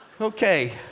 Okay